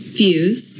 views